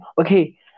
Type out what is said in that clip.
okay